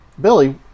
Billy